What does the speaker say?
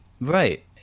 Right